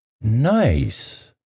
Nice